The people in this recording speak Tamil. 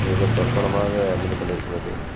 மிக சொர்ப்பமாக அமைந்து கொண்டிருக்கிறது